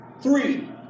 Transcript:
Three